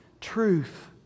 truth